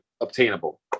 obtainable